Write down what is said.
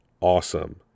awesome